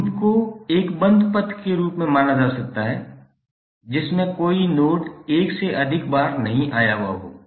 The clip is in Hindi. लूप को एक बंद पथ के रूप में माना जा सकता है जिसमें कोई नोड एक से अधिक बार नहीं आया हुआ हो